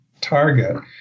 target